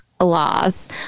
laws